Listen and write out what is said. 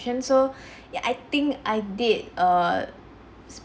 ~tion so ya I think I did err s~